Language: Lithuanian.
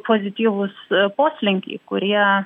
pozityvūs poslinkiai kurie